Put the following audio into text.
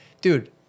dude